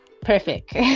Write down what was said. perfect